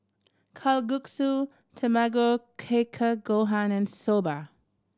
Kalguksu Tamago Kake Gohan and Soba